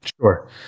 Sure